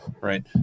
right